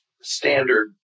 standard